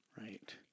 Right